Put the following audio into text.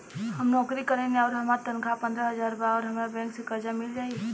हम नौकरी करेनी आउर हमार तनख़ाह पंद्रह हज़ार बा और हमरा बैंक से कर्जा मिल जायी?